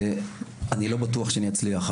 אני לא בטוח שאצליח,